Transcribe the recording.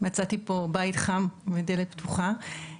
מצאתי פה בית חם ודלת פתוחה.